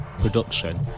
production